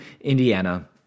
Indiana